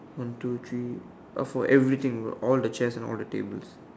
one two three for everything all the chairs and all the tables